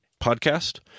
podcast